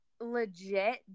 legit